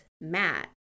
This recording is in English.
Matt